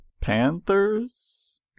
Panthers